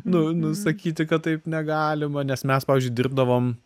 nu nu sakyti kad taip negalima nes mes pavyzdžiui dirbdavom